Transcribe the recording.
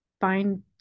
find